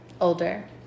older